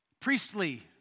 Priestly